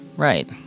Right